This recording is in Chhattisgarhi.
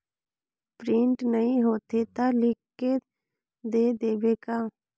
प्रिंट नइ होथे ता लिख के दे देबे का?